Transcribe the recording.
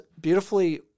beautifully